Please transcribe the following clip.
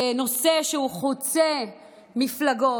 כנושא שהוא חוצה מפלגות.